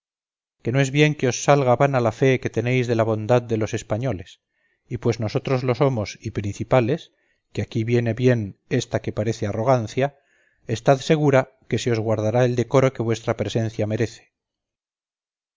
que no es bien que os salga vana la fe que tenéis de la bondad de los españoles y pues nosotros lo somos y principales que aquí viene bien ésta que parece arrogancia estad segura que se os guardará el decoro que vuestra presencia merece